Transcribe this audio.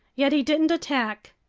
yet he didn't attack.